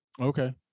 Okay